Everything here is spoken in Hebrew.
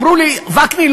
אמרו לי: וקנין,